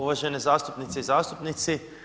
Uvažene zastupnice i zastupnici.